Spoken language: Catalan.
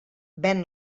ven